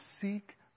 seek